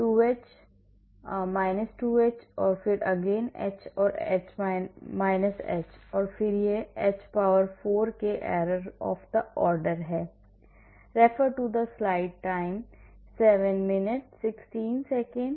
तो आप 2h 2h then again h h और फिर यह h power 4 के error of the order है